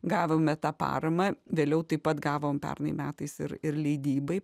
gavome tą paramą vėliau taip pat gavom pernai metais ir ir leidybai